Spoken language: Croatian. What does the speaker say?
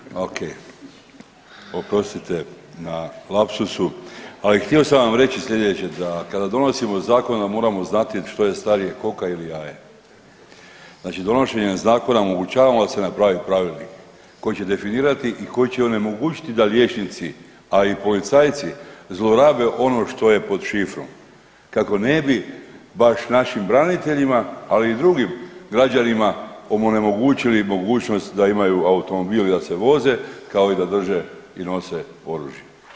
Okej, oprostite na lapsusu, a i htio sam vam reći slijedeće da kada donosimo zakon onda moramo znati što je starije koka ili jaje, znači donošenjem zakona omogućavamo da se napravi pravilnik koji će definirati i koji će onemogućiti da liječnici, a i policajci zlorabe ono što je pod šifrom kako ne bi baš našim braniteljima, ali i drugim građanima onemogućili mogućnost da imaju automobil i da se voze, kao i da drže i nose oružje.